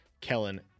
Kellen